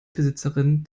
besitzerin